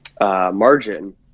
margin